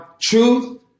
truth